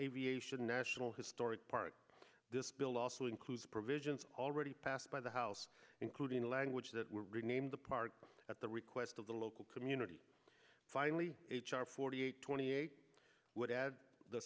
aviation national historic part this bill also includes provisions already passed by the house including language that were renamed the park at the request of the local community finally h r forty eight twenty eight would add the